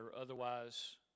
otherwise